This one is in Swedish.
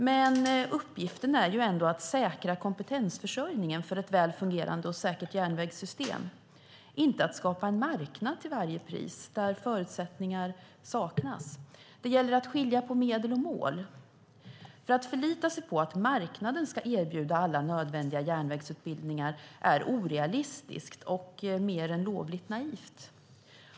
Men uppgiften är ändå att säkra kompetensförsörjningen för ett väl fungerande och säkert järnvägssystem, inte att skapa en marknad till varje pris där förutsättningar saknas. Det gäller att skilja på medel och mål. Att förlita sig på att marknaden ska erbjuda alla nödvändiga järnvägsutbildningar är orealistiskt och mer än lovligt naivt.